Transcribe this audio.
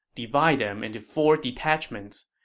divide them into four detachments.